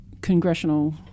congressional